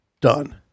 Done